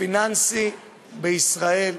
הפיננסי בישראל,